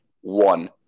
One